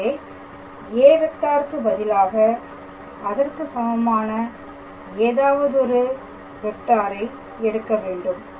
எனவே a வெக்டாக்கு பதிலாக அதற்கு சமமான ஏதாவதொரு வெக்டாரை எடுக்க வேண்டும்